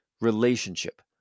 relationship